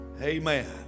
Amen